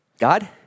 God